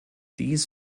dies